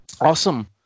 Awesome